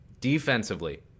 Defensively